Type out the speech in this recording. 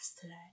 today